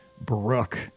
Brooke